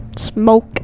Smoke